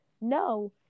No